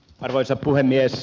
arvoisa puhemies